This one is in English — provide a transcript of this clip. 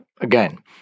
Again